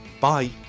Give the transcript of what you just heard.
Bye